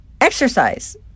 Exercise